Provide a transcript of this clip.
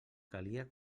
calia